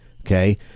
Okay